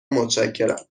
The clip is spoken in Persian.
متشکرم